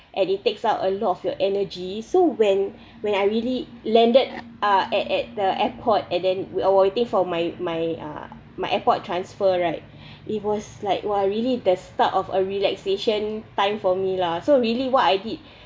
and it takes up a lot of your energy so when when I really landed uh at at the airport and then while waiting for my my uh my airport transfer right it was like !wah! really the start of a relaxation time for me lah so really what I did